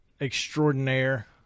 extraordinaire